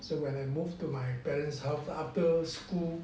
so when I move to my parents house after school